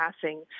passing